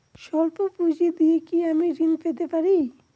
সল্প পুঁজি দিয়ে কি আমি ঋণ পেতে পারি?